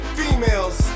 females